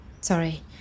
Sorry